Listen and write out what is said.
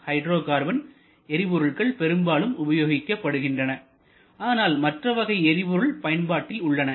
hydro carbon எரி பொருள்கள் பெரும்பாலும் உபயோகிக்கப்படுகின்றன ஆனால் மற்ற வகை எரிபொருள் பயன்பாட்டில் உள்ளன